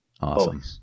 Awesome